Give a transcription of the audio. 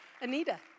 Anita